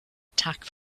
attack